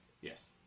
Yes